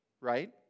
Right